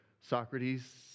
Socrates